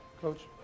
Coach